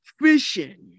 fishing